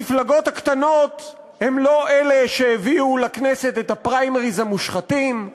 המפלגות הקטנות הן לא אלה שהביאו לכנסת את הפריימריז המושחתות,